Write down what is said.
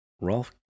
Rolf